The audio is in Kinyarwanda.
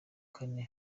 kane